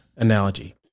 analogy